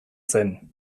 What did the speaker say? zen